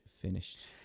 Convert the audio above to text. finished